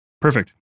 Perfect